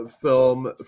film